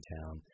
town